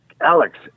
Alex